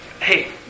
hey